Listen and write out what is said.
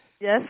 Yes